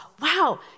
Wow